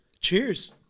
Cheers